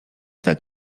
tak